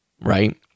Right